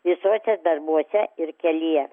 visuose darbuose ir kelyje